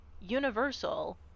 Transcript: universal